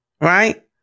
right